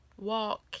walk